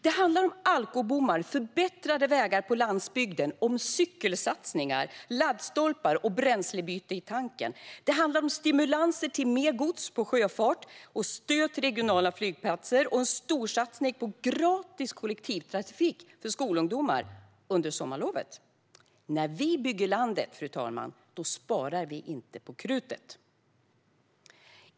Det handlar om alkobommar, förbättrade vägar på landsbygden, om cykelsatsningar, laddstolpar och bränslebyte i tanken. Det handlar om stimulanser till mer gods på sjöfart och stöd till regionala flygplatser liksom en storsatsning på gratis kollektivtrafik för skolungdomar under sommarlovet. När vi bygger landet, fru talman, sparar vi inte på krutet!